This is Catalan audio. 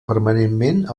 permanentment